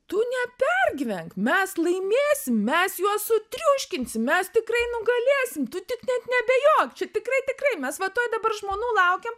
tu nepergyvenk mes laimėsim mes juos sutriuškinsim mes tikrai nugalėsim tu tik net neabejok čia tikrai tikrai mes va tuoj dabar žmonų laukiam